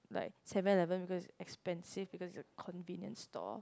like Seven-Eleven because it's expensive because it's a convenience store